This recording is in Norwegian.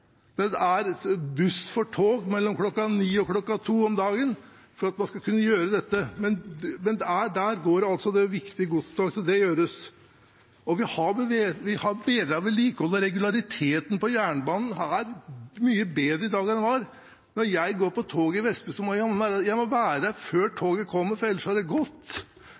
er det buss for tog mellom kl. 9 og kl. 14 for at man skal kunne gjøre dette. Der går det viktige godstog, så det gjøres. Vi har bedret vedlikeholdet. Regulariteten på jernbanen er mye bedre i dag enn den var. Når jeg går på toget i Vestby, må jeg være der før toget kommer, for ellers er det gått. I dag kom toget til Vestby stasjon fra Moss nesten før tiden, og det er